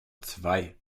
zwei